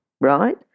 right